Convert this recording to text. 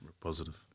positive